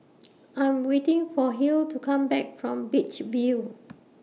I'm waiting For Hill to Come Back from Beach View